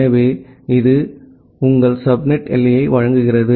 எனவே இது உங்கள் சப்நெட் எல்லையை வழங்குகிறது